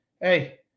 hey